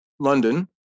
London